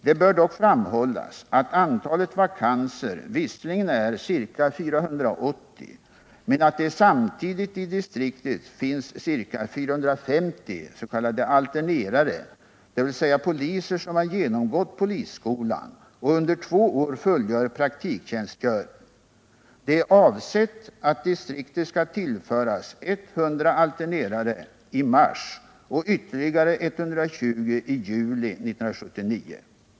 Det bör dock framhållas att antalet vakanser visserligen är ca 480 men att det samtidigt i distriktet finns ca 450 ”alternerare”, dvs. poliser som har genomgått polisskolan och under två år fullgör praktiktjänstgöring. Det är avsett att distriktet skall tillföras 100 alternerare i mars och ytterligare 120 i juli 1979.